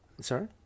Sorry